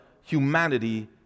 humanity